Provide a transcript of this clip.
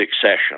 succession